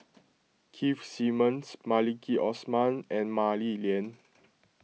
Keith Simmons Maliki Osman and Mah Li Lian